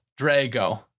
Drago